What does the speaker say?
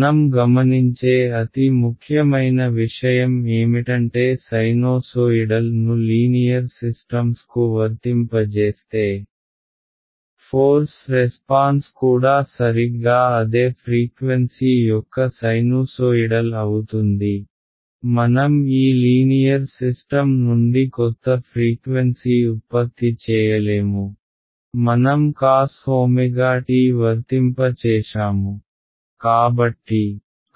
మనం గమనించే అతి ముఖ్యమైన విషయం ఏమిటంటే సైనోసోయిడల్ను లీనియర్ సిస్టమ్స్ కు వర్తింపజేస్తే ఫోర్స్ రెస్పాన్స్ కూడా సరిగ్గా అదే ఫ్రీక్వెన్సీ యొక్క సైనూసోయిడల్ అవుతుంది మనం ఈ లీనియర్ సిస్టమ్ నుండి కొత్త ఫ్రీక్వెన్సీ ఉత్పత్తి చేయలేము మనం cos ωt వర్తింప చేశాము కాబట్టి